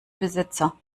besitzer